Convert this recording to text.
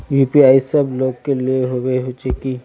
UPI सब लोग के लिए होबे होचे की?